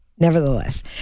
nevertheless